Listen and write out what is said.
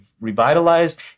revitalized